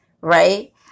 right